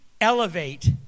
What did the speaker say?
elevate